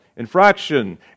infraction